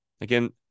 Again